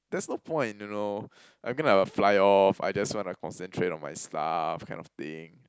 there's no point you know I'm gonna like fly off I just wanna concentrate on my stuff kind of thing